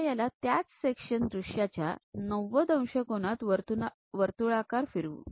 आता याला त्याच सेक्शन दृश्याच्या 90 अंश कोनात वर्तुळाकार फिरवू